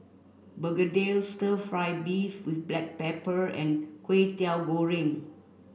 Begedil stir fry beef with black pepper and Kwetiau Goreng